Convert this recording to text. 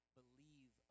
believe